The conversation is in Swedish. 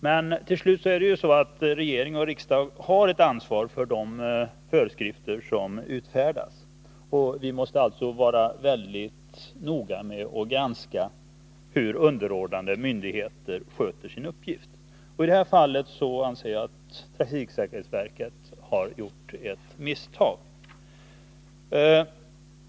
Men det är ju så att regering och riksdag har ett slutligt ansvar för de föreskrifter som utfärdas. Vi måste alltså vara väldigt noga med att granska hur underordnade myndigheter sköter sina uppgifter. I detta fall anser jag att trafiksäkerhetsverket har gjort ett misstag.